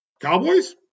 Cowboys